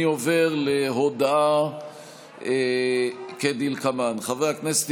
אני עובר להודעה כדלקמן: חברי הכנסת,